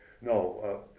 no